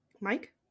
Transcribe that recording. Mike